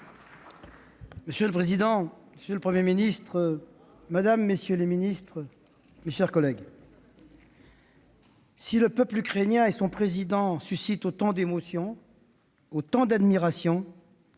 Monsieur le président, monsieur le Premier ministre, madame la ministre, messieurs les ministres, mes chers collègues, si le peuple ukrainien et son président suscitent autant d'émotion, autant d'admiration,